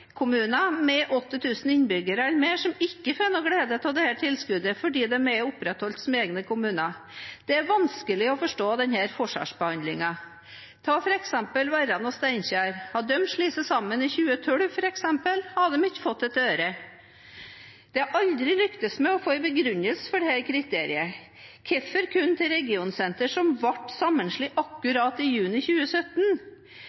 kommuner med 8 000 innbyggere eller mer som ikke får noen glede av dette tilskuddet, fordi de er opprettholdt som egne kommuner. Det er vanskelig å forstå denne forskjellsbehandlingen. Ta f.eks. Verran og Steinkjer: Hadde de slått seg sammen i 2012, f.eks., hadde de ikke fått ett øre. Man har aldri lyktes med å få en begrunnelse for dette kriteriet. Hvorfor går det kun til regionsentre som ble sammenslått